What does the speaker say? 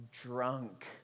drunk